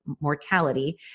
mortality